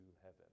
heaven